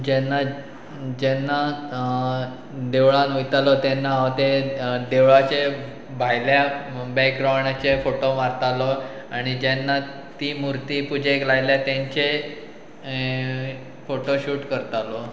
जेन्ना जेन्ना देवळान वयतालो तेन्ना हांव ते देवळाचे भायल्या बॅकग्रावंडाचे फोटो मारतालो आनी जेन्ना ती मुर्ती पुजेक लायल्या तेंचे फोटोशूट करतालो